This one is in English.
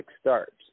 starts